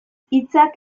hitzak